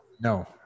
no